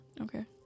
Okay